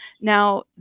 Now